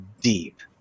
deep